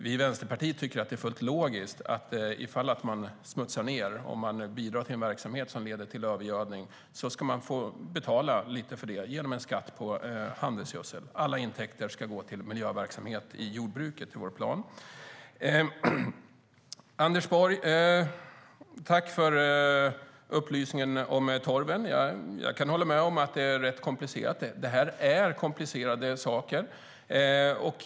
Vi i Vänsterpartiet tycker att det är fullt logiskt att ifall man smutsar ned, om man bidrar till en verksamhet som leder till övergödning, ska man få betala lite för det genom en skatt på handelsgödsel. Alla intäkter ska gå till miljöverksamhet i jordbruket. Det är vår plan. Tack för upplysningen om torven, Anders Borg! Jag kan hålla med om att det är rätt komplicerat. Det här är komplicerade saker.